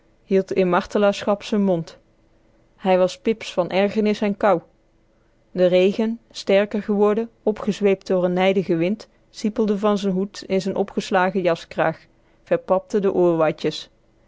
hield in martelaarschap z'n mond hij was pips van ergernis en kou de regen sterker geworden opgezweept door n nijdigen wind siepelde van z'n hoed in z'n opgeslagen jaskraag verpapte de